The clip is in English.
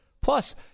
Plus